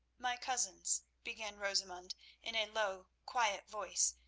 my cousins, began rosamund in a low, quiet voice,